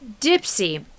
dipsy